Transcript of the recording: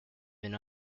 been